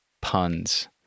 puns